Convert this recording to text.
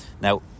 Now